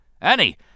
Annie